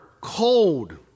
cold